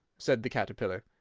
said the caterpillar.